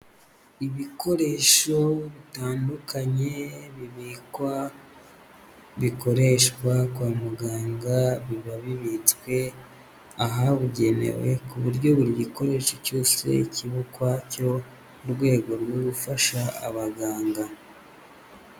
Ibikoresho bitandukanye bibikwa, bikoreshwa kwa muganga biba bibitswe ahabugenewe, ku buryo buri gikoresho cyose kiba ukwacyo mu rwego rwo gufasha abaganga.